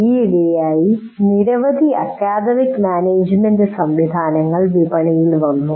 ഈയിടെയായി നിരവധി academic management സംവിധാനങ്ങൾ വിപണിയിൽ വരുന്നു